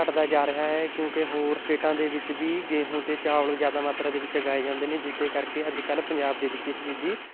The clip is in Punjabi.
ਘੱਟਦਾ ਜਾ ਰਿਹਾ ਹੈ ਕਿਉਂਕਿ ਹੋਰ ਸਟੇਟਾਂ ਦੇ ਵਿੱਚ ਵੀ ਗੇਂਹੂ ਅਤੇ ਚਾਵਲ ਜ਼ਿਆਦਾ ਮਾਤਰਾ ਦੇ ਵਿੱਚ ਉਗਾਏ ਜਾਂਦੇ ਨੇ ਜਿਸਦੇ ਕਰਕੇ ਅੱਜ ਕੱਲ੍ਹ ਪੰਜਾਬ ਦੇ ਵਿੱਚ ਇਸ ਚੀਜ਼ ਦੀ